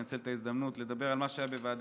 אני אנצל את ההזדמנות לדבר על מה שהיה בוועדת